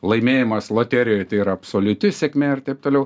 laimėjimas loterijoj tai yra absoliuti sėkmė ir taip toliau